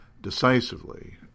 decisively